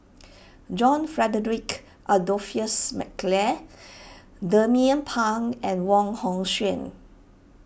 John Frederick Adolphus McNair Jernnine Pang and Wong Hong Suen